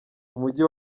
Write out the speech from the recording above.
umujyi